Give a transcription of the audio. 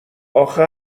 آخه